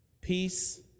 Peace